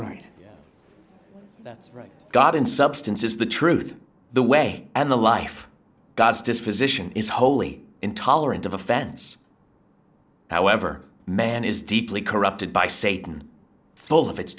right that's right god in substance is the truth the way and the life god's disposition is wholly intolerant of offense however man is deeply corrupted by satan full of it